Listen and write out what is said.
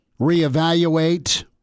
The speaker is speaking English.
reevaluate